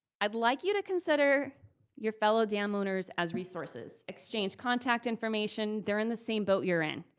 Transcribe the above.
i'd like you to consider your fellow dam owners as resources. exchange contact information, they're in the same boat you're in.